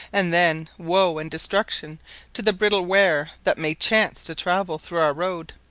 and then woe and destruction to the brittle ware that may chance to travel through our roads.